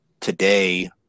Today